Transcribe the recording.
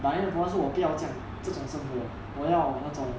but then the problem 是我不要这样这种生活我要那种